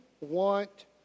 want